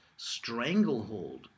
stranglehold